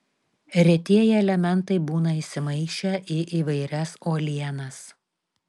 retieji elementai būna įsimaišę į įvairias uolienas